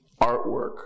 artwork